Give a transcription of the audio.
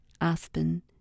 aspen